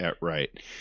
Right